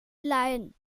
lion